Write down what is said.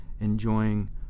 enjoying